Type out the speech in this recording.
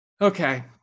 Okay